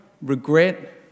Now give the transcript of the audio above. regret